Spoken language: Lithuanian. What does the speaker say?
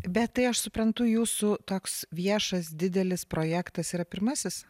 bet tai aš suprantu jūsų toks viešas didelis projektas yra pirmasis